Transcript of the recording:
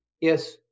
Yes